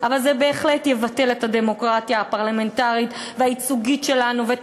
אבל זה בהחלט יבטל את הדמוקרטיה הפרלמנטרית והייצוגית שלנו ואת